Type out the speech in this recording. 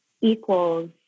equals